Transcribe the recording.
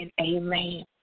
Amen